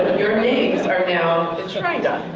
your names are now enshrined on